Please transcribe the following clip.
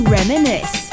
Reminisce